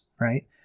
right